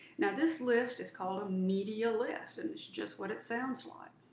now this list is called a media list and it's just what it sounds what.